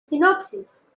synopsis